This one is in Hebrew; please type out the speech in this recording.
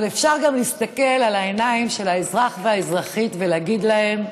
אבל אפשר גם להסתכל על העיניים של האזרח והאזרחית ולהגיד להם: